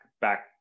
back